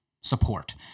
support